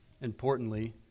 importantly